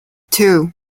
two